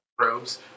robes